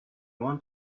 want